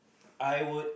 I would